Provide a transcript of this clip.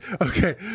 okay